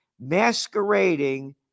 masquerading